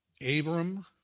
Abram